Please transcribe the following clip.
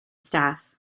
staff